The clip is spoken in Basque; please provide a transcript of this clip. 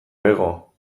bego